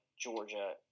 Georgia